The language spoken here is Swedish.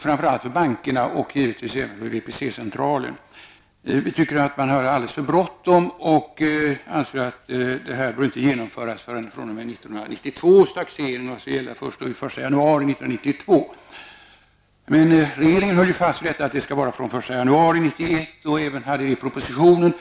framför allt för bankerna och givetvis även för VPC. Vi tycker att man har alldeles för bråttom och anser att detta inte bör genomföras förrän fr.o.m. 1993 Regeringen höll fast vid att detta skall gälla från den 1 januari 1991. Det står även i propositionen.